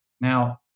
Now